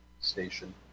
station